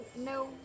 no